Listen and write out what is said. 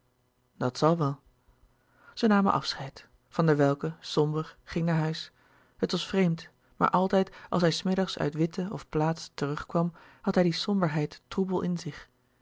dat zal wel zij namen afscheid van der welcke somber ging naar huis het was vreemd maar altijd als hij s middags uit witte of plaats terugkwam had hij die somberheid troebel in zich